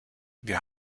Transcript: wir